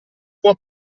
può